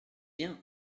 bien